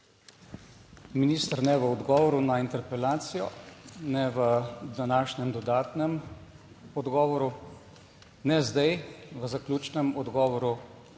Minister ne v odgovoru na interpelacijo, ne v današnjem dodatnem odgovoru, ne zdaj v zaključnem odgovoru